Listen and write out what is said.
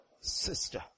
sister